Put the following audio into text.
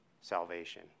salvation